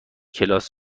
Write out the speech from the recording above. کلاس